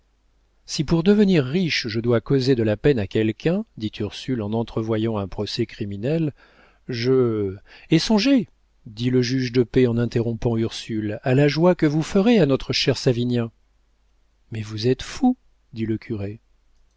si pour devenir riche je dois causer de la peine à quelqu'un dit ursule en entrevoyant un procès criminel je et songez dit le juge de paix en interrompant ursule à la joie que vous ferez à notre cher savinien mais vous êtes fou dit le curé